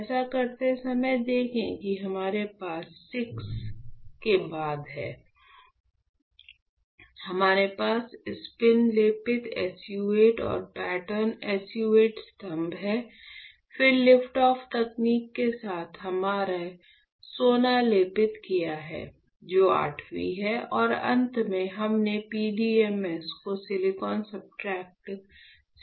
ऐसा करते समय देखें कि हमारे पास VI के बाद है हमारे पास स्पिन लेपित SU 8 और पैटर्न SU 8 स्तंभ हैं फिर लिफ्ट ऑफ तकनीक के साथ हमने सोना लेपित किया है जो आठवीं है और अंत में हमने PDMS को सिलिकॉन सब्सट्रेट से हटा दिया है